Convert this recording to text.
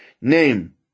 name